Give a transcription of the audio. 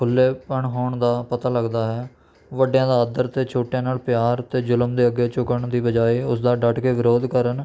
ਖੁੱਲ੍ਹੇ ਪਣ ਹੋਣ ਦਾ ਪਤਾ ਲਗਦਾ ਹੈ ਵੱਡਿਆਂ ਦਾ ਆਦਰ ਅਤੇ ਛੋਟਿਆਂ ਨਾਲ ਪਿਆਰ ਅਤੇ ਜ਼ੁਲਮ ਦੇ ਅੱਗੇ ਝੁਕਣ ਦੀ ਬਜਾਏ ਉਸ ਦਾ ਡੱਟ ਕੇ ਵਿਰੋਧ ਕਰਨ